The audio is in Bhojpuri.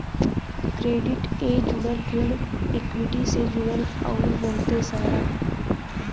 क्रेडिट ए जुड़ल, ऋण इक्वीटी से जुड़ल अउर बहुते सारा